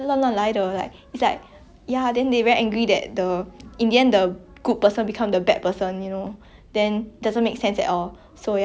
then doesn't make sense at all so yeah I think I think there's a lot of that's a common problem among american shows like english show in general yeah